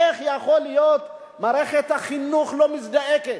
איך יכול להיות שמערכת החינוך לא מזדעקת?